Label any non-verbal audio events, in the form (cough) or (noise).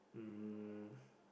um (breath)